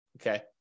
okay